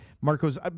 Marco's